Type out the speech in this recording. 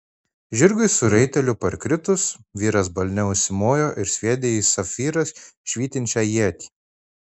žirgui su raiteliu parkritus vyras balne užsimojo ir sviedė į safyrą švytinčią ietį